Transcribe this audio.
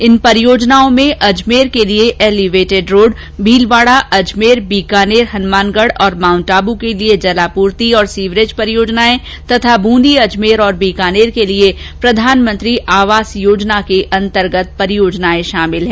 इन परियोजनाओं में अजमेर के लिए एलिवेटेड रोड भीलवाडा अजमेर बीकानेर हनुमानगढ और माउंट आब के लिए जलापूर्ति और सीवरेज परियोजनाएं तथा बुंदी अजमेर व बीकानेर के लिए प्रधानमंत्री आवास योजना के अंतर्गत परियोजनाएं शामिल हैं